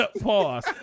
pause